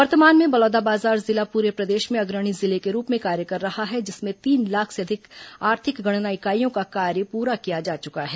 वर्तमान में बलौदा बाजार जिला पूरे प्रदेश में अग्रणी जिले के रूप में कार्य कर रहा है जिसमें तीन लाख से अधिक आर्थिक गणना इकाईयों का कार्य पूरा किया जा चुका है